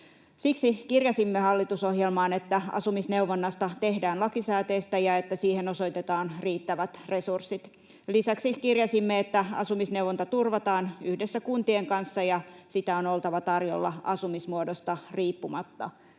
Siksi kirjasimme hallitusohjelmaan, että asumisneuvonnasta tehdään lakisääteistä ja että siihen osoitetaan riittävät resurssit. Lisäksi kirjasimme, että asumisneuvonta turvataan yhdessä kuntien kanssa ja sitä on oltava tarjolla asumismuodosta riippumatta.